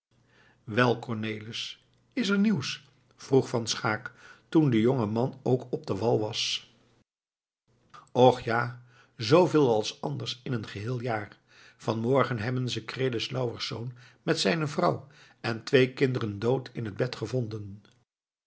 wel cornelis is er nieuws vroeg van schaeck toen de jonge man ook op den wal was och ja zooveel als anders in een geheel jaar vanmorgen hebben ze krelis louwensz met zijne vrouw en twee kinderen dood in het bed gevonden